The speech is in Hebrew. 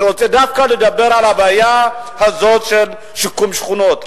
אני דווקא רוצה לדבר על הבעיה הזאת של שיקום שכונות.